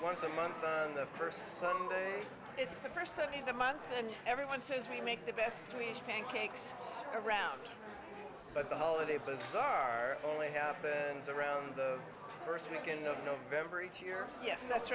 once a month on the first day it's the first time in the month and everyone says we make the best swedish pancakes around but the holiday bazaar only happens around the first weekend of november each year yes that's